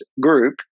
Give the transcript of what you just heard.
group